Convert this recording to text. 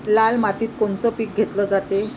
लाल मातीत कोनचं पीक घेतलं जाते?